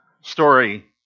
story